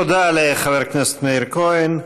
תודה לחבר הכנסת מאיר כהן.